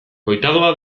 koitadua